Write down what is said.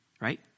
right